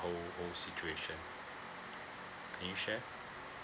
whole whole situation can you share